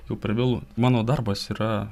jau per vėlu mano darbas yra